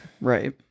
right